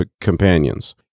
companions